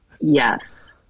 yes